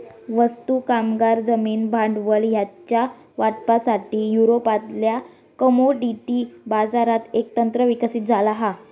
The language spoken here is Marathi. वस्तू, कामगार, जमीन, भांडवल ह्यांच्या वाटपासाठी, युरोपातल्या कमोडिटी बाजारात एक तंत्र विकसित झाला हा